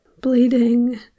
Bleeding